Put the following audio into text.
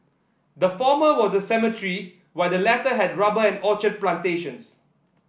the former was a cemetery while the latter had rubber and orchard plantations